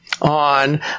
on